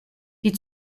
die